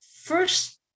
first